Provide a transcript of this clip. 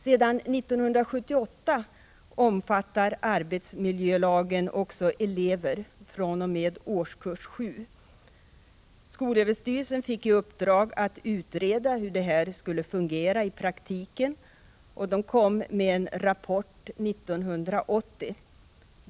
Sedan 1978 omfattar arbetsmiljölagen även elever fr.o.m. årskurs 7. SÖ fick i uppdrag att utreda hur detta borde fungera i praktiken och kom med en rapport 1980.